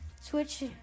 switch